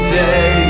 day